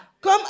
Comme